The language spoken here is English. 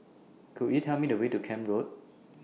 Could YOU Tell Me The Way to Camp Road